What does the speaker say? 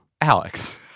Alex